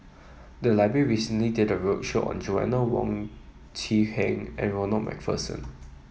the library recently did a roadshow on Joanna Wong Quee Heng and Ronald MacPherson